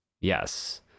Yes